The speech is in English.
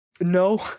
no